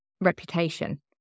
reputation